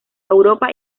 europa